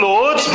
Lord